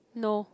no